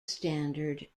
standard